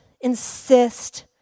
insist